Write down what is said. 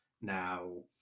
now